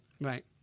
Right